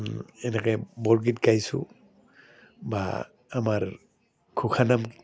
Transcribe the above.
এনেকৈ বৰগীত গাইছোঁ বা আমাৰ ঘোষানাম